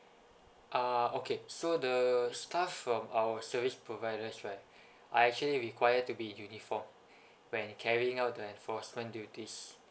ah okay so the staff from our service providers right are actually required to be in uniform when in carrying out the enforcement duties